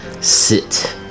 sit